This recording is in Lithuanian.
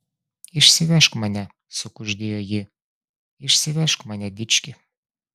išsivežk mane sukuždėjo ji išsivežk mane dički